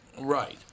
Right